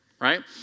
right